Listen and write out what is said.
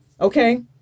okay